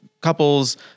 couples